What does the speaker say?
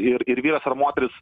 ir ir vyras ar moteris